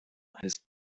his